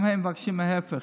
וגם הם מבקשים ההפך.